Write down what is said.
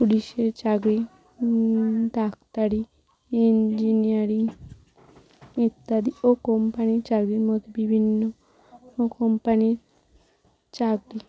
পুলিশে চাকরি ডাক্তারি ইঞ্জিনিয়ারিং ইত্যাদি ও কোম্পানির চাকরির মধ্যে বিভিন্ন কোম্পানির চাকরি